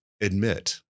admit